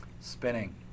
Spinning